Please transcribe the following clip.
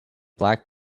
black